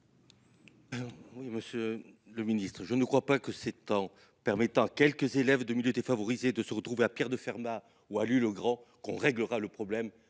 Oui, Monsieur le Ministre, je ne crois pas que c'est en permettant quelques élèves de milieux défavorisés de se retrouver à Pierre de Fermat, où a lieu le grand qu'on réglera le problème